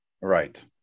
Right